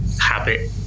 habit